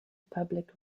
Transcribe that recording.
public